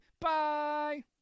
Bye